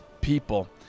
people